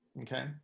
Okay